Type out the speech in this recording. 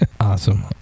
Awesome